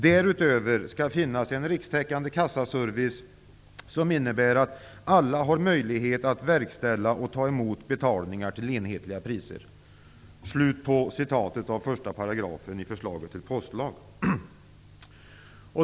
Därutöver skall det finnas en rikstäckande kassaservice som innebär att alla har möjlighet att verkställa och ta emot betalningar till enhetliga priser.''